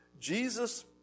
Jesus